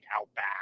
Outback